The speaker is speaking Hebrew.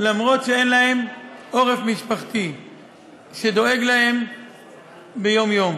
למרות שאין להם עורף משפחתי שדואג להם ביום-יום.